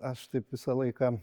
aš taip visą laiką